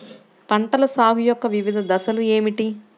పంటల సాగు యొక్క వివిధ దశలు ఏమిటి?